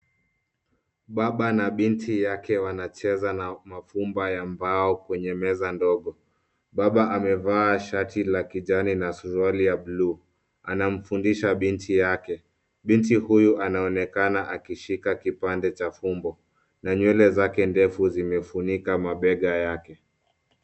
Baba na binti yake wanacheza na mafumba ya mbao kwenye meza ndogo. Baba amevaa shati la kijani na suruali ya buluu. Anamfundisha binti yake. Binti huyu anaonekana akishika kipande cha fumbo na nywele zake ndefu zimefunika mabega yake.